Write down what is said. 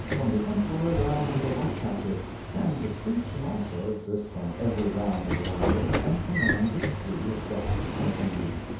from the emperor down to the rat-catcher and distinction, also, exists on every round of the ladder, and commands its due of deference and envy.